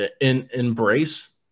embrace